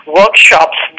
workshops